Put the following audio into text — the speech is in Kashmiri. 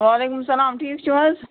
وعلیکُم سلام ٹھیٖک چھِو حظ